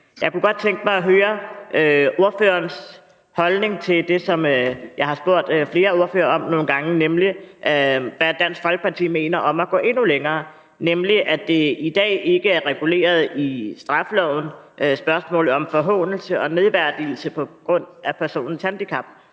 Jeg kunne godt tænke mig at høre ordførerens holdning til det, som jeg har spurgt flere ordførere om nogle gange, nemlig hvad Dansk Folkeparti mener om at gå endnu længere, i forhold til at spørgsmålet om forhånelse og nedværdigelse på grund af personens handicap